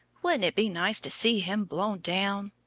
wouldn't it be nice to see him blown down?